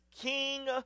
king